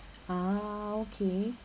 ah okay